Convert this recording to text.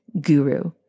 guru